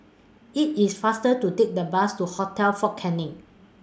IT IS faster to Take The Bus to Hotel Fort Canning